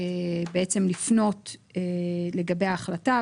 לפנות לגבי ההחלטה.